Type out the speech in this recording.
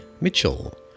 Mitchell